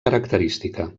característica